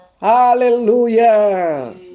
hallelujah